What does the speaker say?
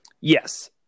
Yes